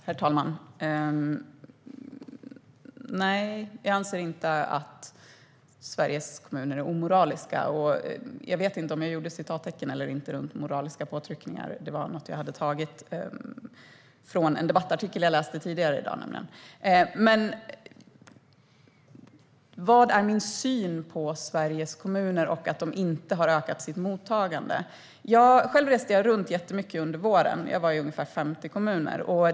Herr talman! Nej, jag anser inte att Sveriges kommuner är omoraliska. Jag vet inte om jag gjorde citattecken eller inte runt "moraliska påtryckningar" - det var något jag hade tagit från en debattartikel jag läste tidigare i dag, nämligen. Vad är min syn på Sveriges kommuner och att de inte har ökat sitt mottagande? Ja, själv reste jag runt jättemycket under förra våren. Jag var i ungefär 50 kommuner.